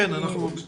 נעשה